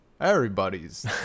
Everybody's